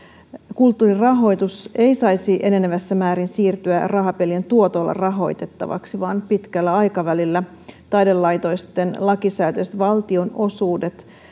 kulttuurin rahoitus ei saisi enenevässä määrin siirtyä rahapelien tuotolla rahoitettavaksi vaan pitkällä aikavälillä taidelaitosten lakisääteiset valtionosuudet